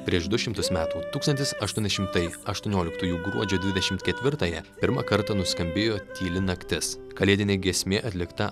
prieš du šimtus metų tūkstantis aštuoni šimtai aštuonioliktųjų gruodžio dvidešimt ketvirtąją pirmą kartą nuskambėjo tyli naktis kalėdinė giesmė atlikta